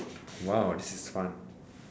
!wow! this is fun